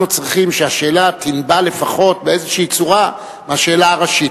אנחנו צריכים שהשאלה תנבע לפחות באיזו צורה מהשאלה הראשית.